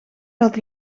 dat